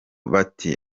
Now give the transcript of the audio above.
bati